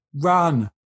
run